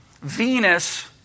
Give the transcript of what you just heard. Venus